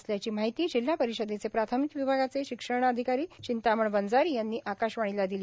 असल्याची माहिती जिल्हा परिषदेचे प्राथमिक विभागाचे शिक्षणाधिकारी चिंतामन वंजारी यांनी आकाशवाणीला दिली